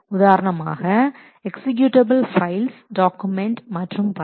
உதாரணமாக executable files document மற்றும் பல